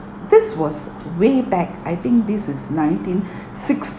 this was way back I think this is nineteen sixty